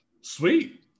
Sweet